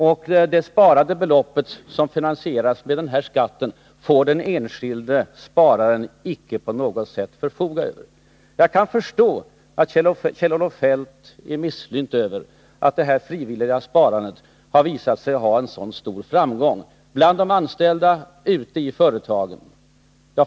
Och det sparade beloppet, som finansieras med denna skatt, får den enskilde spararen icke på något sätt förfoga över. Jag kan förstå att Kjell-Olof Feldt är misslynt över att det här frivilliga sparandet har visat sig ha fått ett stort gensvar bland de anställda ute i företagen.